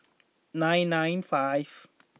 nine nine five